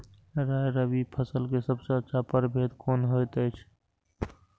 राय रबि फसल के सबसे अच्छा परभेद कोन होयत अछि?